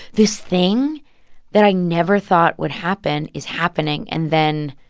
this thing that i never thought would happen is happening, and then.